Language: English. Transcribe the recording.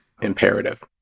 imperative